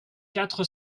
quatre